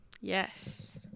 Yes